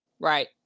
Right